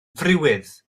friwydd